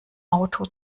auto